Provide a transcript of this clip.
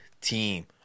team